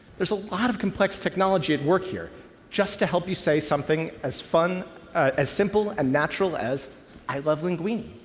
there's a lot of complex technology at work here just to help you say something as fun as simple and natural as i love linguini.